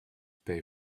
pay